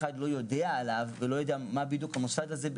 אחד לא יודע עליו ולא יודע מה הוא בדיוק עושה,